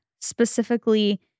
specifically